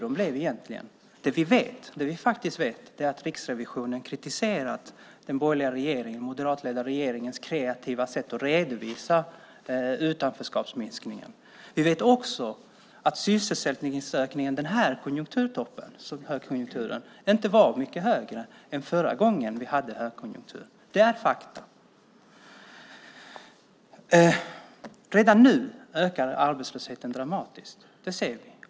Det vi vet är att Riksrevisionen kritiserat den borgerliga moderatledda regeringens kreativa sätt att redovisa utanförskapsminskningen. Vi vet också att sysselsättningsökningen under denna högkonjunktur inte var mycket större än förra gången vi hade högkonjunktur. Det är fakta. Redan nu ökar arbetslösheten dramatiskt. Det ser vi.